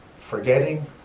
forgetting